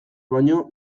baino